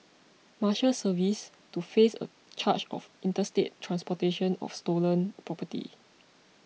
Marshals Service to face a charge of interstate transportation of stolen property